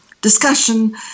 discussion